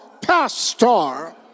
pastor